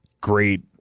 great